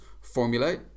Formulate